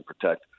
protect